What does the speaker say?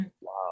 wow